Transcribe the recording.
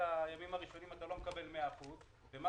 על הימים הראשונים אתה לא מקבל מאה אחוז ומה